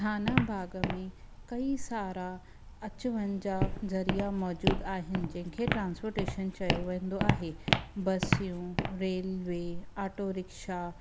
ठाणा भाग में कई सारा अचु वञु जा ज़रिया मौजूद आहिनि जंहिंखे ट्रास्पोर्टेशन चयो वेंदो आहे बसियूं रेल्वे ऑटो रिक्शा